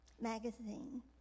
magazine